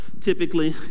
typically